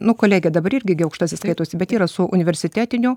nu kolegija dabar irgi gi aukštasis skaitosi bet yra su universitetiniu